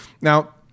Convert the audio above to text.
Now